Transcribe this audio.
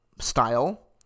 style